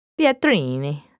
Pietrini